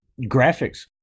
graphics